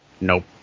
Nope